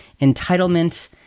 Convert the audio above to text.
entitlement